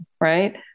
right